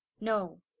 No